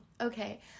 Okay